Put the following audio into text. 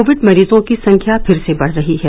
Covid मरीजों की संख्या फिर से बढ़ रही है